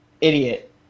idiot